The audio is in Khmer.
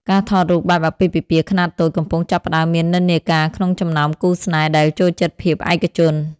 ការថតរូបបែបអាពាហ៍ពិពាហ៍ខ្នាតតូច កំពុងចាប់ផ្ដើមមាននិន្នាការក្នុងចំណោមគូស្នេហ៍ដែលចូលចិត្តភាពឯកជន។